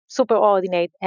superordinate